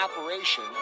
operation